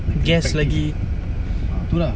nak kena practice ah ah tu lah